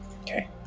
okay